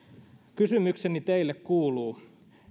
kysymykseni teille kuuluu